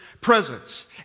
presence